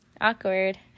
awkward